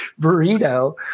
burrito